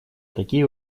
такие